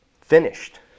finished